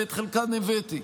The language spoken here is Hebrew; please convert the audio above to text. ואת חלקן הבאתי.